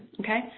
okay